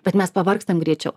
bet mes pavargstam greičiau